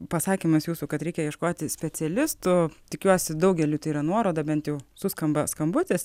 pasakymas jūsų kad reikia ieškoti specialistų tikiuosi daugeliui tai yra nuoroda bent jau suskamba skambutis